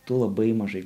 tu labai mažai